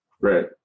Right